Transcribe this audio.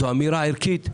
זו אמירה ערכית חברתית.